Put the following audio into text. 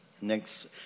Next